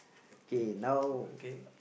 okay okay